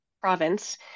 province